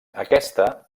aquesta